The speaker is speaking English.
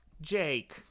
Jake